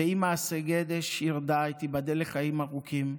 ואימא אסגדש ירדאי, תיבדל לחיים ארוכים,